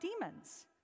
demons